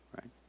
Right